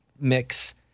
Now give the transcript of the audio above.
mix